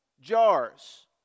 jars